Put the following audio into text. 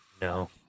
No